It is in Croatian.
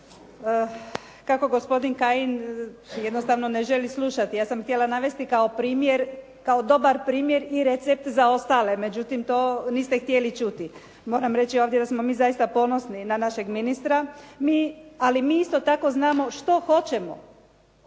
Kako gospodin Kajin jednostavno ne želi slušati. Ja sam htjela navesti kao dobar primjer i recept za ostale, međutim to niste htjeli čuti. Moram reći ovdje da smo zaista ponosni na našeg ministra, ali mi isto tako znamo što hoćemo